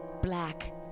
black